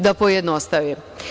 Da pojednostavim.